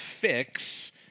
fix